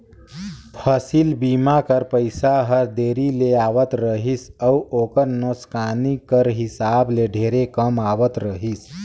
फसिल बीमा कर पइसा हर देरी ले आवत रहिस अउ ओकर नोसकानी कर हिसाब ले ढेरे कम आवत रहिस